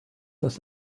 das